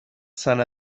sant